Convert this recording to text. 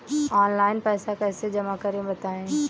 Online पैसा कैसे जमा करें बताएँ?